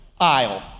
aisle